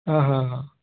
आ हा हा